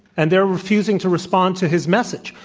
and they're refusing to respond to his message.